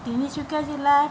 তিনিচুকীয়া জিলাত